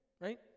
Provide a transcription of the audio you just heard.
Right